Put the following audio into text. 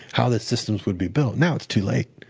how the systems would be built. now, it's too late.